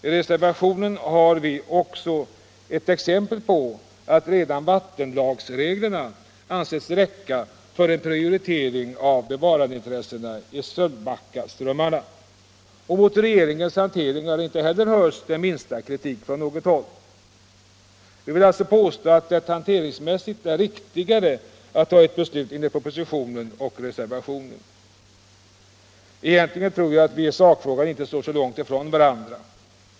I reservationen har vi också gett exempel på att redan vattenlagsregler ansetts räcka för en prioritering av bevarandeintressena i Sölvbackaströmmarna. Mot regeringens hantering har inte heller hörts den minsta kritik. Vi vill alltså påstå att det hanteringsmässigt är riktigare att ta ett beslut enligt propositionen och reservationen. Egentligen tror jag att vi i sakfrågan inte står så långt från varandra.